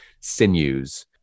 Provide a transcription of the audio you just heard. sinews